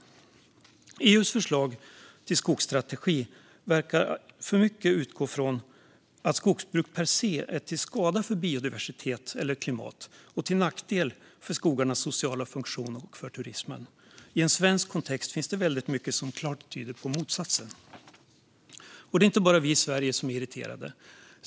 EU:s förslag till skogsstrategi verkar för mycket utgå från att skogsbruk per se är till skada för biodiversiteten och klimatet och till nackdel för skogarnas sociala funktion samt för turismen. I en svensk kontext finns det väldigt mycket som klart tyder på motsatsen. Det är inte bara vi i Sverige som är irriterade.